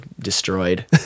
destroyed